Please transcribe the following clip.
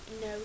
no